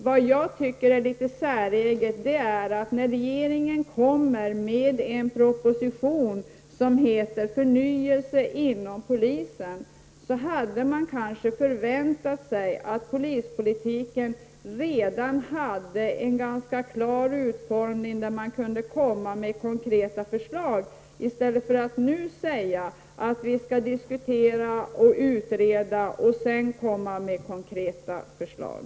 Det jag tycker är litet säreget är att när regeringen kommer med en proposition som heter Förnyelse inom polisen, har polispolitiken inte en klar utformning som man kunde ha följt upp med konkreta förslag. Det hade man förväntat sig. I stället sägs det att man skall diskutera och utreda och sedan komma med konkreta förslag.